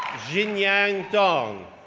xinyang dong,